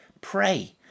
Pray